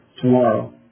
tomorrow